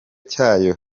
cyayo